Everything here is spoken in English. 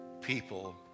people